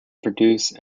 produce